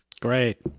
Great